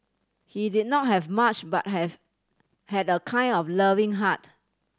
he did not have much but have had a kind and loving heart